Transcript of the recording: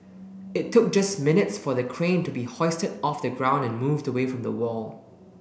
it took just minutes for the crane to be hoisted off the ground and moved away from the wall